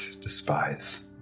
despise